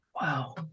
Wow